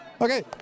Okay